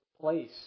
place